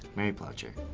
mary ploucher.